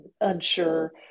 unsure